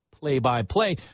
play-by-play